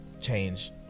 Change